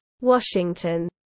Washington